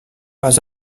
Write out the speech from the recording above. pas